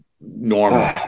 normal